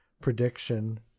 prediction